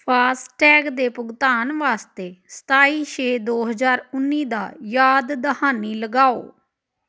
FASTag ਦੇ ਭੁਗਤਾਨ ਵਾਸਤੇ ਸਤਾਈ ਛੇ ਦੋ ਹਜ਼ਾਰ ਉੱਨੀ ਦਾ ਯਾਦ ਦਹਾਨੀ ਲਗਾਓ